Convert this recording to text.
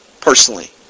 personally